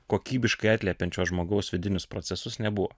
kokybiškai atliepiančio žmogaus vidinius procesus nebuvo